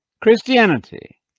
Christianity